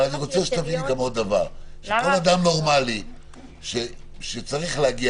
כל אדם נורמלי שצריך להגיע